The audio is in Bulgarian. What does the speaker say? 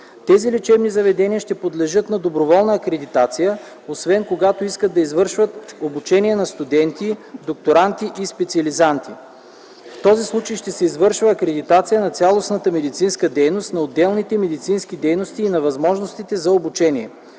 други лечебни заведения. Те ще подлежат на доброволна акредитация, освен когато искат да извършват обучение на студенти, докторанти и специализанти. В този случай ще се извършва акредитация на цялостната медицинска дейност, на отделните медицински дейности и на възможностите за обучение.